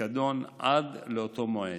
בפיקדון עד לאותו מועד.